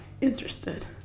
interested